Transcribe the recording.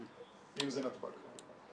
אם זה נתב"ג.